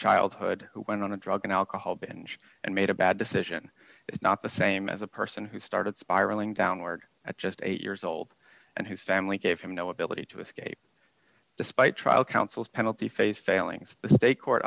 childhood who went on a drug and alcohol binge and made a bad decision is not the same as a person who started spiraling downward at just eight years old and whose family gave him no ability to escape despite trial counsel's penalty phase failings the state court